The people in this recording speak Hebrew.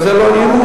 אבל זה לא האי-אמון.